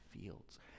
fields